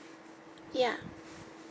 ya